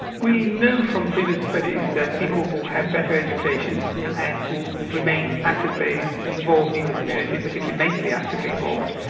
we know from previous studies that people who have better education and who remain actively involved in the community, particularly mentally actively involved,